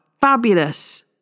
fabulous